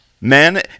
men